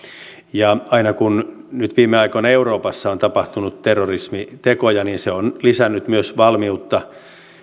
ja aina kun nyt viime aikoina euroopassa on tapahtunut terrorismitekoja niin se on lisännyt myös valmiutta